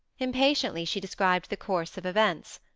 impatiently, she described the course of events.